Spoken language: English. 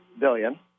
billion